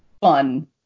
fun